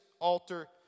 Altar